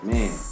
Man